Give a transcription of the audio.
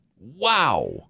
Wow